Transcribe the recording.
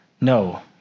No